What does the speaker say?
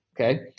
okay